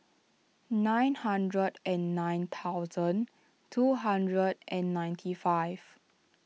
nine hundred and nine thousand two hundred and ninety five